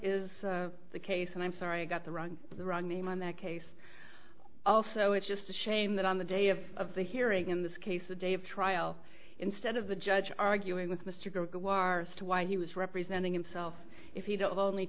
is the case and i'm sorry i got the wrong the wrong name in that case also it's just a shame that on the day of of the hearing in this case a day of trial instead of the judge arguing with mr guar to why he was representing himself if he